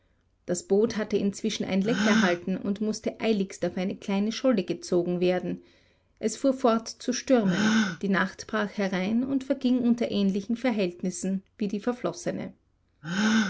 das boot hatte inzwischen ein leck erhalten und mußte eiligst auf eine kleine scholle gezogen werden es fuhr fort zu stürmen die nacht brach herein und verging unter ähnlichen verhältnissen wie die verflossene